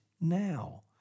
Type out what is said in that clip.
now